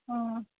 ओ